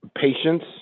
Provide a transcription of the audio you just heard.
patience